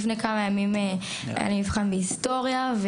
היה לי מבחן בהיסטוריה.